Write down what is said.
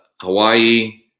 Hawaii